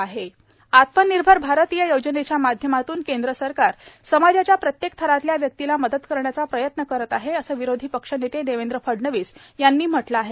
फडणवीसआत्मनिर्भर भारत संवाद अभियान आत्मनिर्भर भारत या योजनेच्या माध्यमातून केंद्र सरकार समाजाच्या प्रत्येक थरातल्या व्यक्तीला मदत करण्याचा प्रयत्न करत आहे असं विरोधी पक्षनेते देवेंद्र फडणवीस यांनी म्हटलं आहे